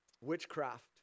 Witchcraft